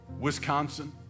Wisconsin